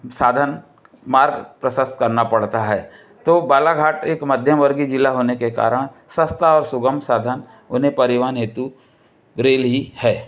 साधन मार्ग प्रशस्त करना पड़ता है तो बालाघाट एक मध्यम वर्गीय जिला होने के कारण सस्ता और सुगम साधन उन्हें परिवहन हेतु रेल ही है